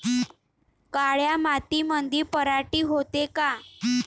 काळ्या मातीमंदी पराटी होते का?